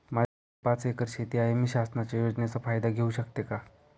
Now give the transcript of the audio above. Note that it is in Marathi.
माझ्याकडे पाच एकर शेती आहे, मी शासनाच्या योजनेचा फायदा घेऊ शकते का?